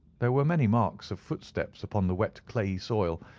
there were many marks of footsteps upon the wet clayey soil,